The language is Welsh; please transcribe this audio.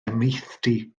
amaethdy